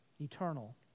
eternal